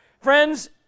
Friends